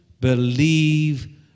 believe